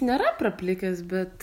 nėra praplikęs bet